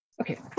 Okay